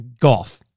golf